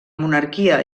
monarquia